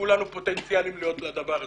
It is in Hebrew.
כולנו פוטנציאליים להיות הדבר הזה.